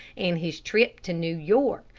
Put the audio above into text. and his trip to new york,